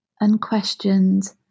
unquestioned